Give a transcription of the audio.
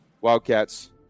Wildcats